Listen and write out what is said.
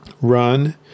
run